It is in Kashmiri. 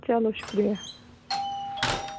چلو شُکریہ